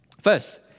First